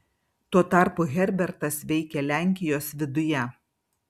tuo tarpu herbertas veikė lenkijos viduje